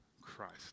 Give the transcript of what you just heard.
Christ